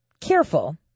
careful